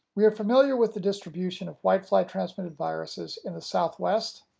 we are familiar with the distribution of whitefly-transmitted viruses in the southwest,